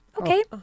okay